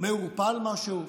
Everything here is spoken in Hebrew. מעורפל משהו,